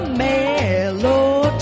mellow